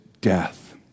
death